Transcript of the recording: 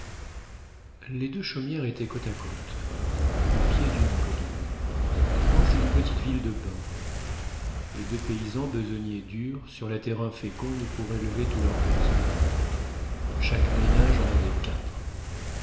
les deux chaumières étaient côte à côte au pied d'une colline proches d'une petite ville de bains les deux paysans besognaient dur sur la terre inféconde pour élever tous leurs petits chaque ménage en avait quatre